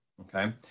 Okay